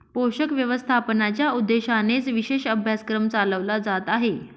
पोषक व्यवस्थापनाच्या उद्देशानेच विशेष अभ्यासक्रम चालवला जात आहे